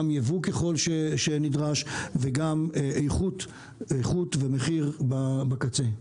גם יבוא ככל שנדרש וגם איכות ומחיר בקצה.